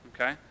Okay